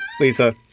Lisa